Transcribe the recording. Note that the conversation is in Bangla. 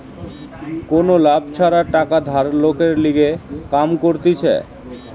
কোনো লাভ ছাড়া টাকা ধার লোকের লিগে কাম করতিছে